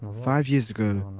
five years ago,